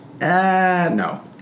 no